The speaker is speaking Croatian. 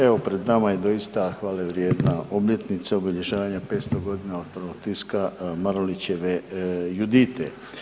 Evo pred nama je doista hvale vrijedna obljetnica obilježavanja 500.g. od prvog tiska Marulićeve „Judite“